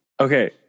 Okay